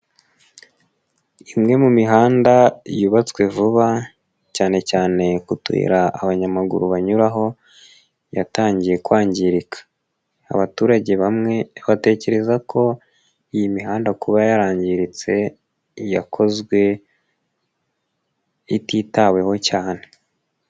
Imwe mu mihanda yubatswe vuba cyane cyane ku tuyira abanyamaguru banyuraho yatangiye kwangirika, abaturage bamwe batekereza ko iyi mihanda kuba yarangiritse yakozwe ititaweho cyane.